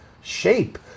shape